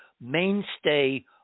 mainstay